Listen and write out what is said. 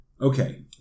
Okay